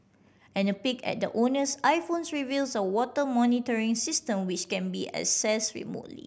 and a peek at the owner's iPhones reveals a water monitoring system which can be access remotely